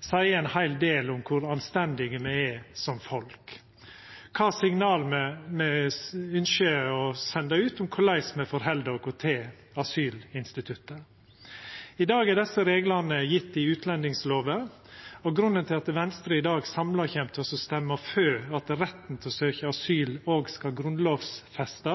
seier ein heil del om kor anstendige me er som folk, kva signal me ynskjer å senda ut om korleis me stiller oss til asylinstituttet. I dag er desse reglane gjevne i utlendingslova. Grunnen til at Venstre i dag samla kjem til å stemma for at retten til å søkja asyl òg skal grunnlovfestast,